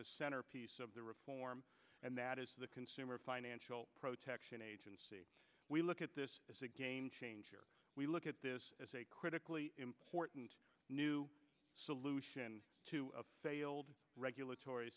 the centerpiece of the reform and that is the consumer financial protection agency we look at this as a game changer we look at this as a critically important new solution to a failed regulatory